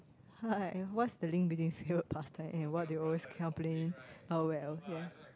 hi what's the link between favorite pastime and what do you always kind of play oh well ya